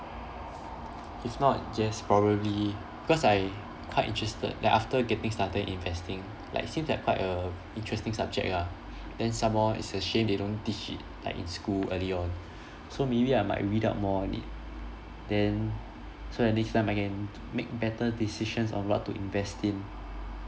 if not just probably cause I quite interested like after getting started investing like seems like quite a interesting subject ah then some more it's a shame they don't teach it like in school early on so maybe I might read up more on it then so like next time I can make better decisions on what to invest in